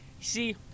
See